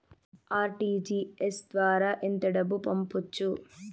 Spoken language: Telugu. ఆర్.టీ.జి.ఎస్ ద్వారా ఎంత డబ్బు పంపొచ్చు?